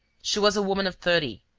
she was a woman of thirty,